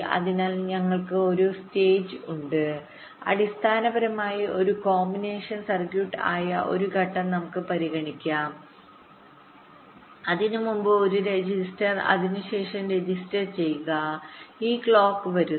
അതിനാൽ നിങ്ങൾക്ക് ഒരു സ്റ്റേജ് ഉണ്ട് അടിസ്ഥാനപരമായി ഒരു കോമ്പിനേഷൻ സർക്യൂട്ട് ആയ ഒരു ഘട്ടം നമുക്ക് പരിഗണിക്കാം അതിനുമുമ്പ് ഒരു രജിസ്റ്റർ അതിനുശേഷം രജിസ്റ്റർ ചെയ്യുക ഈ ക്ലോക്ക് വരുന്നു